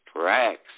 tracks